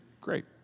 great